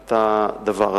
את הדבר הזה.